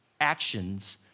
Actions